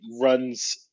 runs